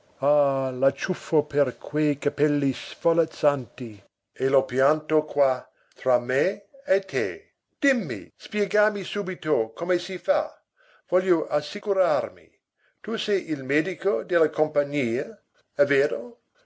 tu ah l'acciuffo per quei capelli svolazzanti e lo pianto qua tra me e te dimmi spiegami subito come si fa voglio assicurarmi tu sei il medico della compagnia è vero